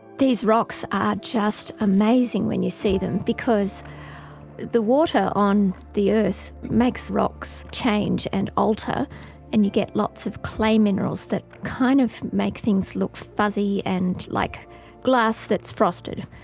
these rocks are just amazing when you see them because the water on the earth makes rocks change and alter and you get lots of clay minerals that kind of make things look fuzzy and like glass that's frosted.